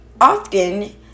Often